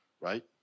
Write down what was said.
Right